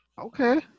Okay